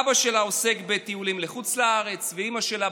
אבא שלה עוסק בטיולים לחוץ לארץ ואימא שלה,